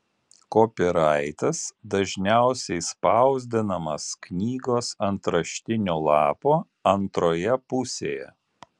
kopiraitas dažniausiai spausdinamas knygos antraštinio lapo antroje pusėje